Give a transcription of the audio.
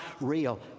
real